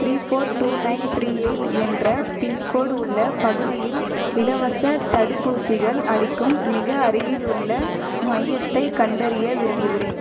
three four two nine three eight என்ற pin code உள்ள பகுதியில் இலவசத் தடுப்பூசிகள் அளிக்கும் மிக அருகிலுள்ள மையத்தைக் கண்டறிய விரும்புகிறேன்